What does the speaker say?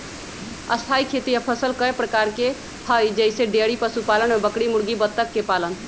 स्थाई खेती या फसल कय प्रकार के हई जईसे डेइरी पशुपालन में बकरी मुर्गी बत्तख के पालन